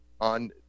on